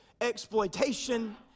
exploitation